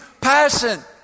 passion